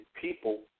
people